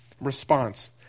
response